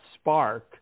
spark